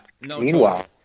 Meanwhile